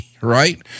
right